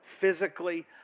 Physically